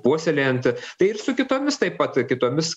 puoselėjant tai ir su kitomis taip pat kitomis